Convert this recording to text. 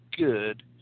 Good